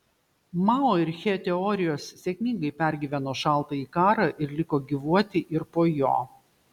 mao ir che teorijos sėkmingai pergyveno šaltąjį karą ir liko gyvuoti ir po jo